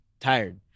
tired